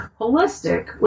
holistic